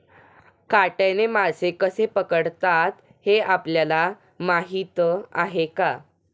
काट्याने मासे कसे पकडतात हे आपल्याला माहीत आहे का?